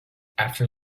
after